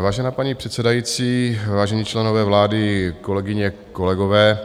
Vážená paní předsedající, vážení členové vlády, kolegyně, kolegové,